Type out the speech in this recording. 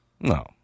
No